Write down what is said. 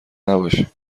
نباشین